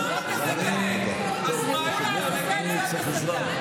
אז מה אם אתה מגנה,